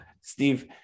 Steve